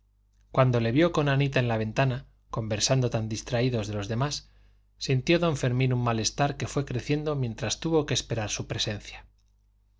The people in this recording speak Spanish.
cuando le vio con anita en la ventana conversando tan distraídos de los demás sintió don fermín un malestar que fue creciendo mientras tuvo que esperar su presencia